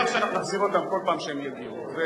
אז,